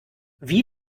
wie